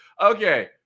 Okay